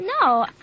No